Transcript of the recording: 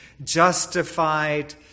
justified